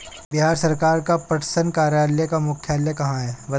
बिहार सरकार का पटसन कार्यालय का मुख्यालय कहाँ है?